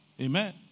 Amen